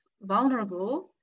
vulnerable